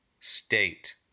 state